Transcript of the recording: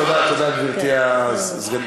תודה, גברתי הסגנית.